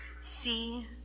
See